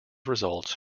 results